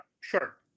sure